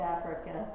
Africa